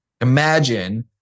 Imagine